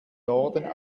norden